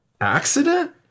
accident